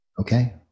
okay